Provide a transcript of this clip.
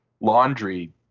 laundry